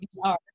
VR